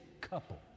couple